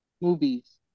movies